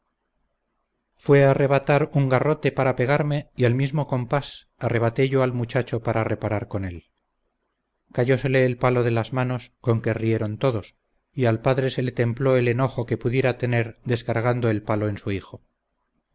a arrebatar un garrote para pegarme y al mismo compás arrebaté yo al muchacho para reparar con él cayósele el palo de las manos con que rieron todos y al padre se le templó el enojo que pudiera tener descargando el palo en su hijo